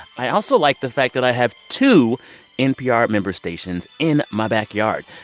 i also like the fact that i have two npr member stations in my backyard.